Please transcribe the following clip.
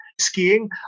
skiing